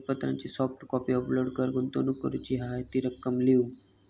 कागदपत्रांची soft copy upload कर, गुंतवणूक करूची हा ती रक्कम लिव्ह